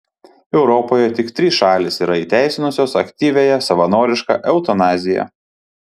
europoje tik trys šalys yra įteisinusios aktyviąją savanorišką eutanaziją